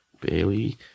Bailey